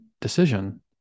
decision